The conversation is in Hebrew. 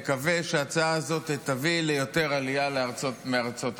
מקווים שההצעה הזאת תביא ליותר עלייה מארצות הברית.